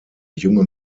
junge